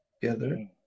together